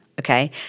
Okay